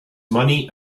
money